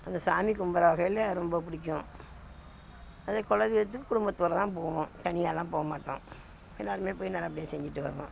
அந்த சாமி கும்புடுற வகையில் ரொம்ப பிடிக்கும் அதுவும் குல தெய்வத்துக்கும் குடும்பத்தோடு தான் போவோம் தனியாகலாம் போக மாட்டோம் எல்லோருமே போய் நல்லபடியாக செஞ்சுட்டு வருவோம்